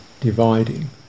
dividing